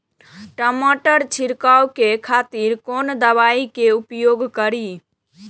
टमाटर छीरकाउ के खातिर कोन दवाई के उपयोग करी?